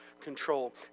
control